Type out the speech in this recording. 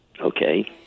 okay